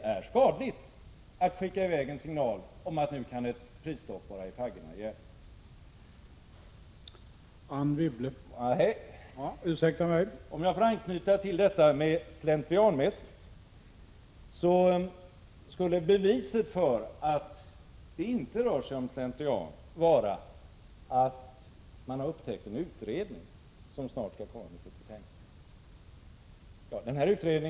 Det är skadligt att skicka iväg en signal om att nu kan ett prisstopp vara i faggorna. Om jag får anknyta till det slentrianmässiga skulle beviset för att det inte rör sig om slentrian vara att man har upptäckt att en utredning snart skall 113 komma med sitt betänkande.